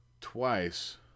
twice